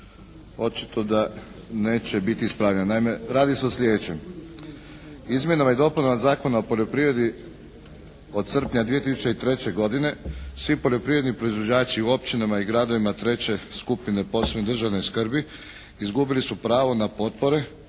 očito da neće biti ispravljena. Naime, radi se o sljedećem. Izmjenama i dopunama Zakona o poljoprivredi od srpnja 2003. godine svi poljoprivredni proizvođači u općinama i gradovima treće skupine posebne državne skrbi izgubili su pravo na potpore